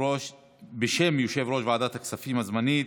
בשם יושב-ראש ועדת הכספים הזמנית,